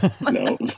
No